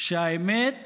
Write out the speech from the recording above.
ש"האמת